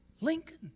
Lincoln